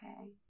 Okay